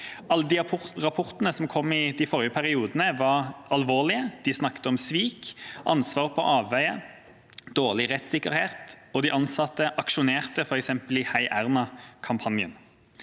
Alle de rapportene som kom i de forrige periodene, var alvorlige. De snakket om svik, ansvar på avveie og dårlig rettssikkerhet, og de ansatte aksjonerte, f.eks. i heierna-kampanjen.